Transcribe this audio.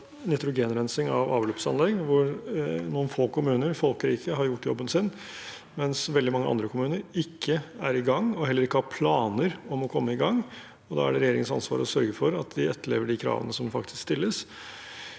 av avløpsanlegg, hvor noen få folkerike kommuner har gjort jobben sin, mens veldig mange andre kommuner ikke er i gang og heller ikke har planer om å komme i gang. Da er det regjeringens ansvar å sørge for at de etterlever de kravene som faktisk